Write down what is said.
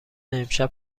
امشب